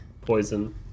poison